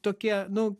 tokie nu